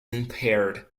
impaired